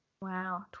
Wow